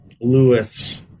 lewis